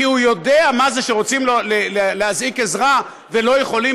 כי הוא יודע מה זה שרוצים להזעיק עזרה ולא יכולים,